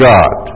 God